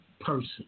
person